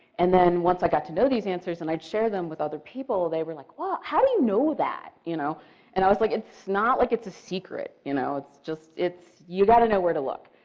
and then, once i got to know these answers and i'd shared them with other people. they were like how do you know that? you know and i was like it's not like it's a secret, you know it's just, it's you got to know where to look.